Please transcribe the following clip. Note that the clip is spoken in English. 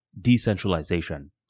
decentralization